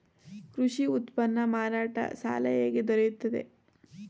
ಕೃಷಿ ಉತ್ಪನ್ನ ಮಾರಾಟ ಸಾಲ ಹೇಗೆ ದೊರೆಯುತ್ತದೆ?